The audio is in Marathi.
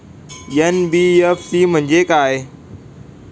एन.बी.एफ.सी म्हणजे काय?